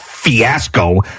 fiasco